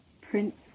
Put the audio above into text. Prince